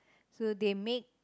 so they make